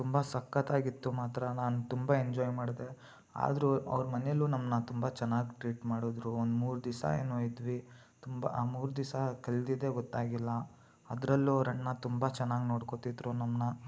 ತುಂಬ ಸಕ್ಕತ್ತಾಗಿತ್ತು ಮಾತ್ರ ನಾನು ತುಂಬ ಎಂಜಾಯ್ ಮಾಡಿದೆ ಆದರೂ ಅವ್ರ ಮನೆಯಲ್ಲೂ ನಮ್ಮನ್ನ ತುಂಬ ಚೆನ್ನಾಗಿ ಟ್ರೀಟ್ ಮಾಡಿದ್ರು ಒಂದು ಮೂರು ದಿವಸ ಏನೋ ಇದ್ವಿ ತುಂಬ ಆ ಮೂರು ದಿವಸ ಕಳ್ದಿದ್ದೇ ಗೊತ್ತಾಗಿಲ್ಲ ಅದರಲ್ಲೂ ಅವರಣ್ಣ ತುಂಬ ಚೆನ್ನಾಗಿ ನೋಡ್ಕೊಳ್ತಿದ್ರು ನಮ್ಮನ್ನ